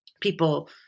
people